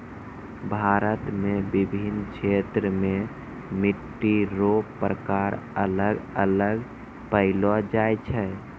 भारत मे विभिन्न क्षेत्र मे मट्टी रो प्रकार अलग अलग पैलो जाय छै